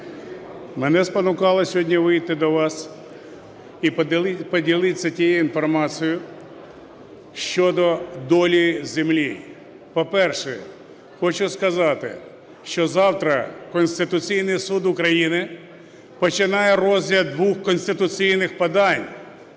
Мене спонукало сьогодні вийти до вас і поділитися тією інформацією щодо долі землі. По-перше. Хочу сказати, що завтра Конституційний Суд України починає розгляд двох конституційних подань.